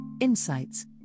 insights